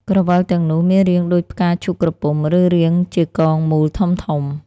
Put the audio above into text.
ក្រវិលទាំងនោះមានរាងដូចផ្កាឈូកក្រពុំ ឬរាងជាកងមូលធំៗ។